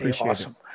Awesome